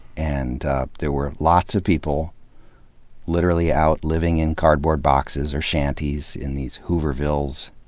and there were lots of people literally out living in cardboard boxes or shanties, in these hoovervilles,